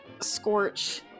Scorch